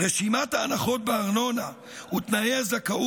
רשימת ההנחות בארנונה ותנאי הזכאות